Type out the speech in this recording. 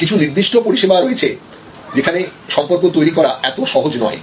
কিছু নির্দিষ্ট পরিষেবা রয়েছে যেখানে সম্পর্ক তৈরি করা এত সহজ নয়